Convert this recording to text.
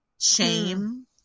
Shame